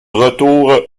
retour